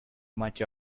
much